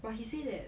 but he said that